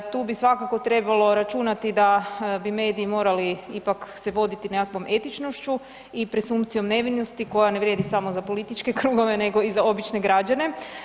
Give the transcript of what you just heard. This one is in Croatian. Tu bi svakako trebalo računati da bi mediji morali ipak se voditi nekakvom etičnošću i presumpcijom nevinosti koja ne vrijedi samo za političke krugove, nego i za obične građane.